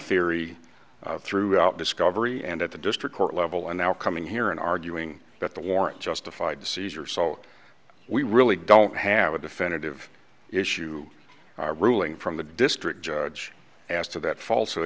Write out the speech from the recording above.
theory throughout discovery and at the district court level and now coming here and arguing that the warrant justified cesar so we really don't have a definitive issue ruling from the district judge as to that fall so